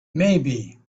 maybe